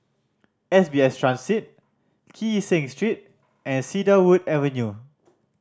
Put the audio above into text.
S B S Transit Kee Seng Street and Cedarwood Avenue